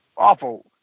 awful